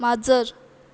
माजर